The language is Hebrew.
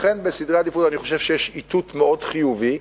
לכן בסדרי עדיפויות אני חושב שיש איתות מאוד חיובי,